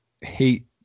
hate